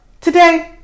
today